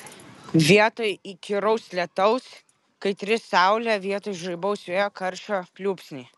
vietoj įkyraus lietaus kaitri saulė vietoj žvarbaus vėjo karščio pliūpsniai